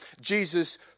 Jesus